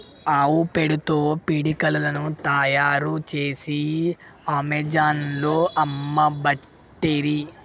ఆవు పేడతో పిడికలను తాయారు చేసి అమెజాన్లో అమ్మబట్టిరి